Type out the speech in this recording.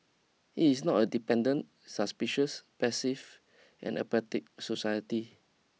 it is not a dependent suspicious passive and apathetic society